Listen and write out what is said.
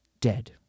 dead